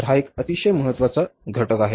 तर हा एक अतिशय महत्वाचा घटक आहे